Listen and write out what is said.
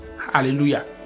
Hallelujah